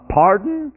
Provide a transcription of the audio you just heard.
pardon